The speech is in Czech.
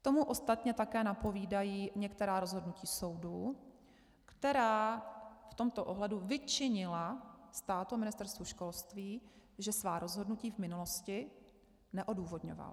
Tomu ostatně také napovídají některá rozhodnutí soudů, která v tomto ohledu vyčinila státu a Ministerstvu školství, že svá rozhodnutí v minulosti neodůvodňoval.